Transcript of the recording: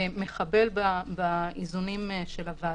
מחבל באיזונים של הוועדה.